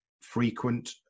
frequent